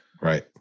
Right